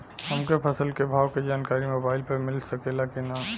हमके फसल के भाव के जानकारी मोबाइल पर मिल सकेला की ना?